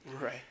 Right